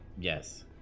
Yes